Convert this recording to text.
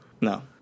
No